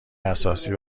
اساسی